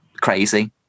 crazy